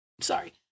Sorry